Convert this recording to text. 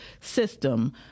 system